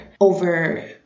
over